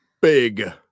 Big